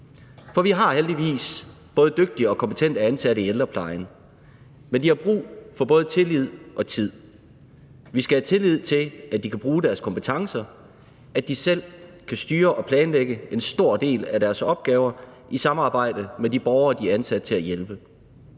For vi har heldigvis både dygtige og kompetente ansatte i ældreplejen, men de har brug for både tillid og tid. Vi skal have tillid til, at de kan bruge deres kompetencer; at de selv kan styre og planlægge en stor del af deres opgaver i samarbejde med de borgere, de er ansat til at hjælpe;